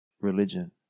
religion